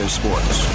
sports